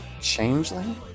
changeling